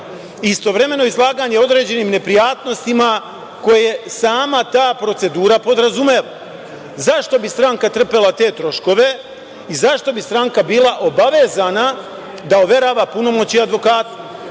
istovremeno izlaganje određenim neprijatnostima koje sama ta procedura podrazumeva. Zašto bi stranka trpela te troškove i zašto bi stranka bila obavezana da overava punomoćje advokatu?